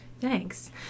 Thanks